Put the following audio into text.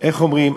איך אומרים,